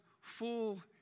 full